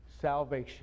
salvation